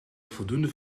voldoende